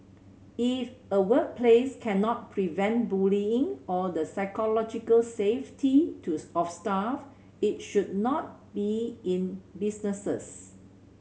if a workplace cannot prevent bullying or the psychological safety to of staff it should not be in business